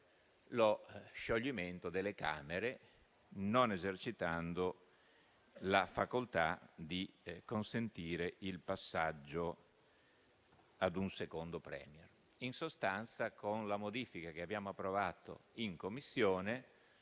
lo scioglimento delle Camere, non esercitando la facoltà di consentire il passaggio ad un secondo *Premier*. In sostanza, con la modifica che abbiamo approvato in Commissione,